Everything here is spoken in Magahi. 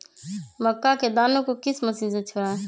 मक्का के दानो को किस मशीन से छुड़ाए?